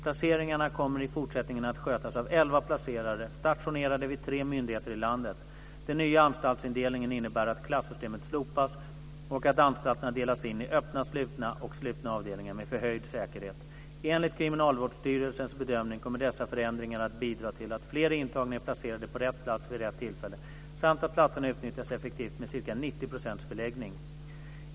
Placeringarna kommer i fortsättningen att skötas av elva placerare stationerade vid tre myndigheter i landet. Den nya anstaltsindelningen innebär att klassystemet slopas och att anstalterna delas in i öppna, slutna och slutna avdelningar med förhöjd säkerhet. Enligt Kriminalvårdsstyrelsens bedömning kommer dessa förändringar att bidra till att fler intagna är placerade på rätt plats vid rätt tillfälle samt att platserna utnyttjas effektivt med ca 90 procents beläggning.